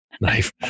Knife